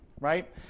Right